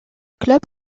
club